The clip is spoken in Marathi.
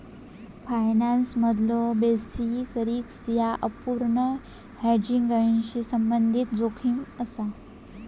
फायनान्समधलो बेसिस रिस्क ह्या अपूर्ण हेजिंगशी संबंधित जोखीम असा